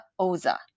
Oza